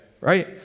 right